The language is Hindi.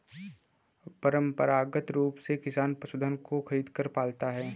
परंपरागत रूप से किसान पशुधन को खरीदकर पालता है